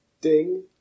Ding